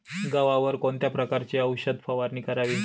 गव्हावर कोणत्या प्रकारची औषध फवारणी करावी?